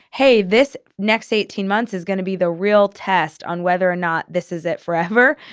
hey, this next eighteen months is gonna be the real test on whether not this is it forever.